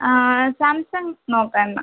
ആ സാംസങ് നോക്കാം എന്നാൽ